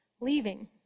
leaving